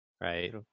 Right